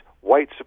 white